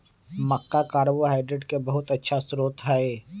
मक्का carbohydrate के बहुत अच्छा स्रोत हई